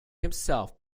himself